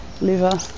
liver